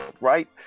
Right